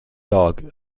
dog